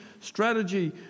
strategy